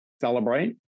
celebrate